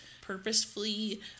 purposefully